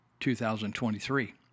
2023